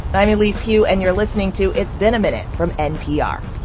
i'm elise hu, and you're listening to it's been a minute from npr